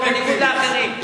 בניגוד לאחרים.